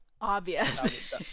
obvious